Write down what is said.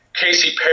Casey